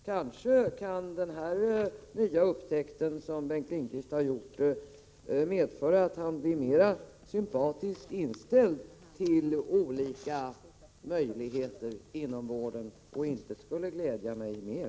Kanske kan den nya upptäckt som Bengt Lindqvist har gjort medföra att han blir mera sympatiskt inställd till olika möjligheter inom vården. Intet skulle glädja mig mer.